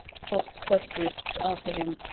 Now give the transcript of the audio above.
hot questrists after him,